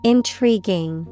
Intriguing